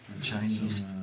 Chinese